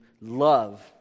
love